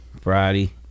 friday